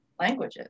language